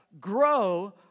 Grow